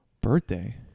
Birthday